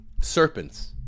serpents